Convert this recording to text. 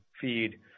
feed